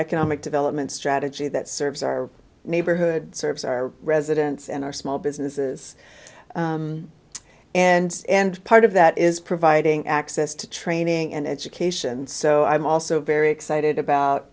economic development strategy that serves our neighborhood serves our residents and our small businesses and and part of that is providing access to training and education so i'm also very excited about